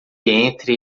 entre